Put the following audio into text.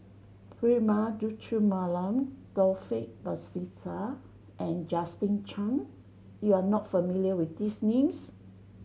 Prema Letchumanan Taufik Batisah and Justin Zhuang you are not familiar with these names